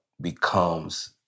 becomes